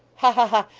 ha ha ha!